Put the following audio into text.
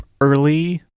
early